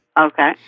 Okay